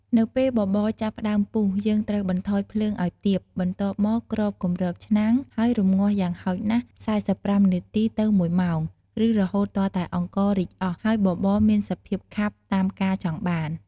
នៅពេលបបរចាប់ផ្ដើមពុះ យើងត្រូវបន្ថយភ្លើងឱ្យទាប បន្ទាប់មកគ្របគម្របឆ្នាំង ហើយរម្ងាស់យ៉ាងហោចណាស់ ៤៥ នាទី ទៅ ១ ម៉ោង ឬរហូតទាល់តែអង្កររីកអស់ ហើយបបរមានសភាពខាប់តាមការចង់បាន។